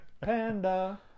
Panda